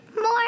more